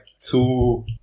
two